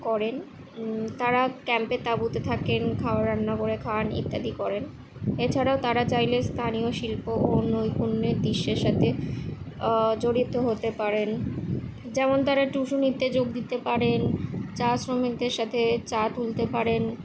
করেন তারা ক্যাম্পে তাঁবুতে থাকেন খাবার রান্না করে খান ইত্যাদি করেন এছাড়াও তারা চাইলে স্থানীয় শিল্প ও নৈপুণ্যের দৃশ্যের সাথে জড়িত হতে পারেন যেমন তারা টিউশুনিতে যোগ দিতে পারেন চা শ্রমিকদের সাথে চা তুলতে পারেন